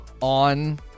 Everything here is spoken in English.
on